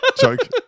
joke